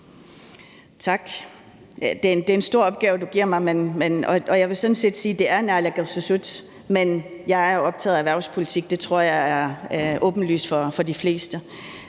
Tak. Det er en stor opgave, du giver mig, og jeg vil sådan set sige, at det er naalakkersuisut, der gør det. Men jeg er optaget af erhvervspolitik. Det tror jeg er åbenlyst for de fleste.